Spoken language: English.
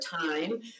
time